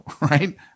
right